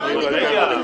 רגע.